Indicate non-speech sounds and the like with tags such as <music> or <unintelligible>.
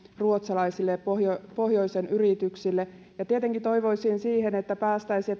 ruotsalaisille pohjoisen pohjoisen yrityksille ja tietenkin toivoisin että päästäisiin <unintelligible>